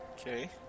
okay